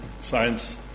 science